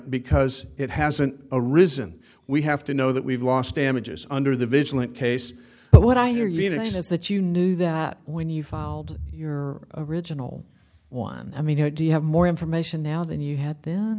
because it hasn't arisen we have to know that we've lost damages under the vigilant case so what i hear you even is that you knew that when you filed your original one i mean how do you have more information now than you had th